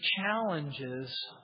challenges